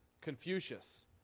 Confucius